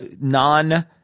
non-